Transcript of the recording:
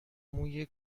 موی